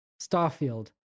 Starfield